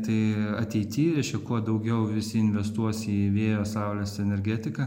tai ateity reiškia kuo daugiau visi investuos į vėjo saulės energetiką